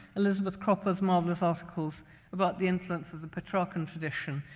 elizabeth cropper's marvelous articles about the influence of the petrarchan tradition,